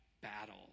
battle